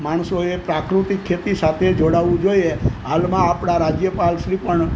માણસોએ પ્રાકૃતિક ખેતી સાથે જોડાવું જોઈએ હાલમાં આપણા રાજ્યપાલ શ્રી પણ